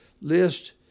list